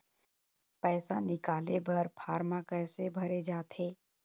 पैसा निकाले बर फार्म कैसे भरे जाथे?